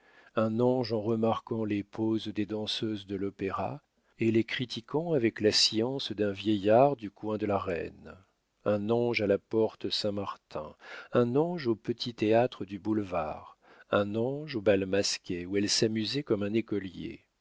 un ange en remarquant les poses des danseuses de l'opéra et les critiquant avec la science d'un vieillard du coin de la reine un ange à la porte-saint-martin un ange aux petits théâtres du boulevard un ange au bal masqué où elle s'amusait comme un écolier